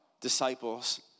disciples